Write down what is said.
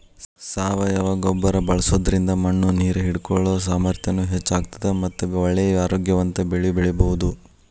ಸಾವಯವ ಗೊಬ್ಬರ ಬಳ್ಸೋದ್ರಿಂದ ಮಣ್ಣು ನೇರ್ ಹಿಡ್ಕೊಳೋ ಸಾಮರ್ಥ್ಯನು ಹೆಚ್ಚ್ ಆಗ್ತದ ಮಟ್ಟ ಒಳ್ಳೆ ಆರೋಗ್ಯವಂತ ಬೆಳಿ ಬೆಳಿಬಹುದು